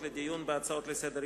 לא,